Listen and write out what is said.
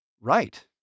right